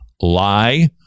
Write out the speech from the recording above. Lie